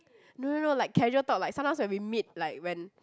no no no like casual talk like sometimes when we meet like when